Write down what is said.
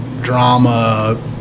drama